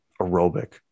aerobic